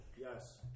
Yes